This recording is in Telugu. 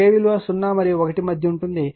K విలువ 0 మరియు 1 మధ్య ఉంటుంది